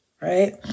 right